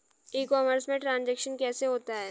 ई commerce में transaction कैसे होता है?